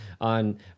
on